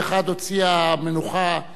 מבקרת המדינה בן-פורת,